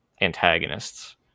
antagonists